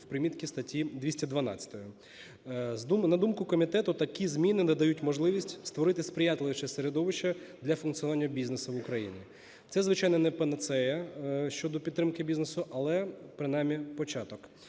в примітці статті 212, на думку комітету, такі зміни надають можливість створити сприятливіше середовище для функціонування бізнесу в Україні. Це звичайно не панацея щодо підтримки бізнесу, але принаймні початок.